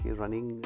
running